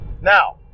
Now